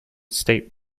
state